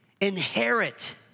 inherit